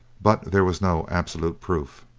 but there was no absolute proof.